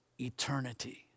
eternity